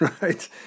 right